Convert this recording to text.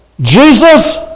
Jesus